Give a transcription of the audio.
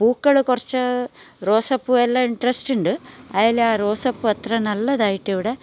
പൂക്കൾ കുറച്ച് റോസാ പൂവെല്ലാം ഇൻട്രസ്റ്റ് ഉണ്ട് അതിൽ ആ റോസാ പൂവ് അത്ര നല്ലതായിട്ട് ഇവിടെ